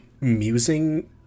musing